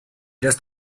just